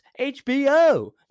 HBO